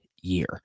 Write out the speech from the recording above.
year